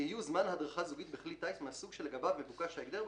יהיו זמן הדרכה זוגית בכלי טיס מהסוג שלגביו מבוקש ההגדר,